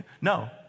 No